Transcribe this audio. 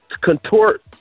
contort